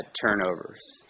turnovers